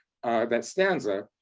that stanza,